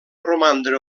romandre